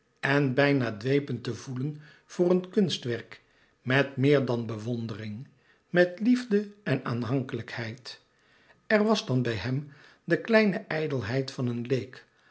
en bijna dwepend te voelen voor een kunstwerk met meer dan bewondering met liefde en aanhankelijkheid er was dan bij hem de kleine ijdelheid van een leek